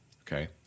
Okay